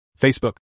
Facebook